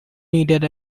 needed